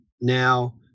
now